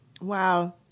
Wow